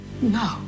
No